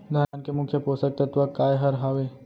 धान के मुख्य पोसक तत्व काय हर हावे?